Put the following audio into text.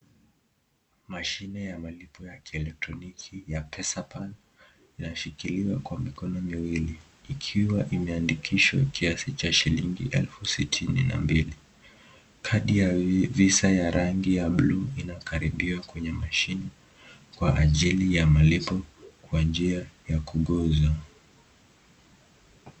Mashine ya malipo ya kieletroniki ya Pesa Pal inashikiliwa kwa mikono miwili. Ikiwa imeandikishwa kiasi cha shilingi elfu sitini na mbili. Kadi ya visa ya rangi ya bluu inakaribia kwenye mashini kwa ajili ya malipo kwa njia ya kuguzwa.